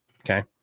Okay